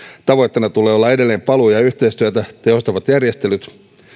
tavoitteena tulee olla edelleen paluu ja yhteistyötä tehostavat järjestelyt